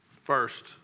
first